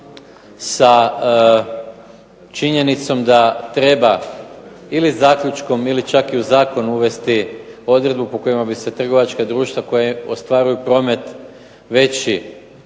sa činjenicom da treba ili zaključkom ili čak i u zakon uvesti odredbu po kojima bi se trgovačka društva koja ostvaruju promet veći